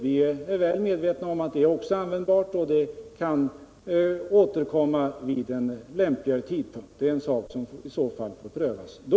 Vi är väl medvetna om att också det instrumentet är användbart. Vid en lämpligare tidpunkt kan det återkomma. Det är en sak som i så fall får prövas då.